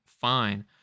Fine